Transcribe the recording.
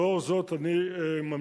לאור זאת אני ממליץ